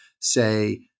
say